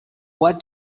what